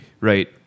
right